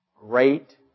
Great